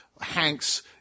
Hanks